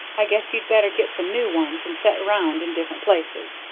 i guess you'd better get some new ones and set round in different places,